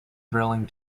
thrilling